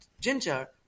ginger